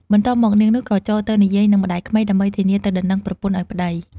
បន្ទាប់មក នាងនោះ ក៏ចូលទៅនិយាយនឹងម្តាយក្មេក ដើម្បីធានាទៅដណ្ដឹងប្រពន្ធឲ្យប្តី ។